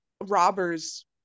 robbers